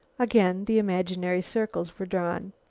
again the imaginary circles were drawn.